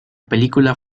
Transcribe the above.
película